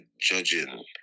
judging